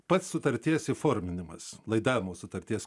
pats sutarties įforminimas laidavimo sutarties